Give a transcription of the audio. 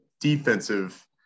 defensive